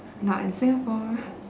not in singapore